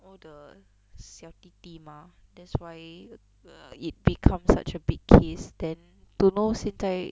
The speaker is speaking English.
all the 小弟弟 mah that's why err it becomes such a big case then to know 现在